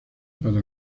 para